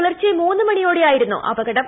പുലർച്ചെ മൂന്ന് മണിയോടെയായിരുന്നു അപകടം